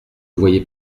voyez